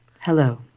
hello